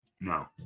no